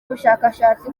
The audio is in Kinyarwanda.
ubushakashatsi